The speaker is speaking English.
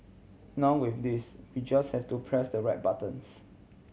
now with this we just has to press the right buttons